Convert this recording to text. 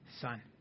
Son